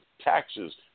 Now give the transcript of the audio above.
taxes